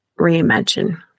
reimagine